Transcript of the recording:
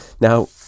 now